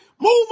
move